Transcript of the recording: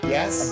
Yes